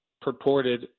purported